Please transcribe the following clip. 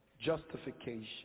justification